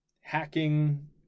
hacking